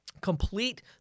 complete